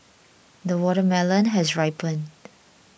the watermelon has ripened